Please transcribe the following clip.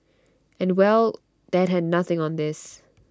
and well that had nothing on this